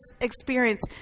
experience